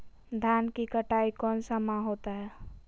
धान की कटाई कौन सा माह होता है?